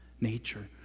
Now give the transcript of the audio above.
nature